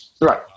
Right